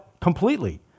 completely